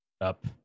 up